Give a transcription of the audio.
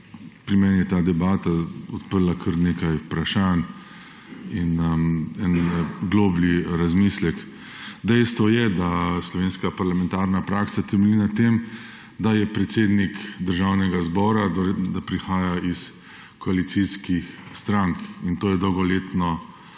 pri meni je ta debata odprla kar nekaj vprašanj in en globlji razmislek. Dejstvo je, da slovenska parlamentarna praksa temelji na tem, da predsednik Državnega zbora prihaja iz koalicijskih strank, in to je dolgoletno